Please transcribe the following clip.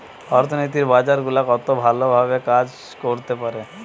অর্থনীতির বাজার গুলা কত ভালো ভাবে কাজ করতে পারে